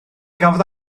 gafodd